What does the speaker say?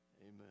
amen